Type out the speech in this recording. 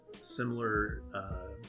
similar